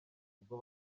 ubwo